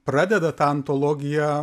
pradeda tą antologiją